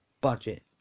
budget